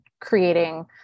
creating